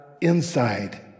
inside